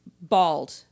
bald